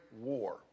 war